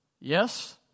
Yes